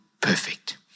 perfect